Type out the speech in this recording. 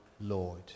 lord